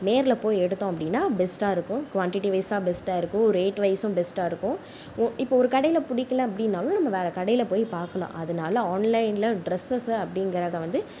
நேரில் போய் எடுத்தோம் அப்படினா பெஸ்ட்டாக இருக்கும் குவான்டிட்டி வைஸாக பெஸ்ட்டாக இருக்கும் ரேட் வைஸ்சும் பெஸ்ட்டாக இருக்கும் ஓ இப்போ ஒரு கடையில் பிடிக்கல அப்படினாலும் நம்ம வேறு கடையில் போய் பார்க்கலாம் அதனால ஆன்லைனில் ட்ரெஸஸ் அப்படிங்கிறத வந்து